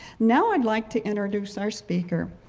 now i'd like to introduce our speaker.